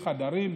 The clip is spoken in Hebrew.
לפי חדרים,